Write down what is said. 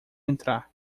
entrar